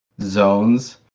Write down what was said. zones